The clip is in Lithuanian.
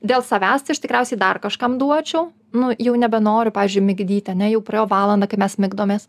dėl savęs tai aš tikriausiai dar kažkam duočiau nu jau nebenoriu pavyzdžiui migdyti ane jau praėjo valanda kai mes migdomės